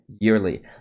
yearly